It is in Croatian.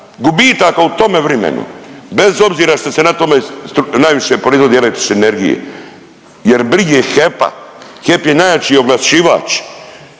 gubitaka u tom vrimenu bez obzira ste se na tome najviše proizvodi električne energije jer brige HEP-a, HEP je najjači oglašivač,